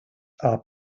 are